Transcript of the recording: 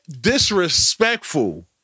disrespectful